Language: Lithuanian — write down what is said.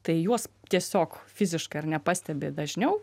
tai juos tiesiog fiziškai ar ne pastebi dažniau